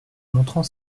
montrant